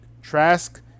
Trask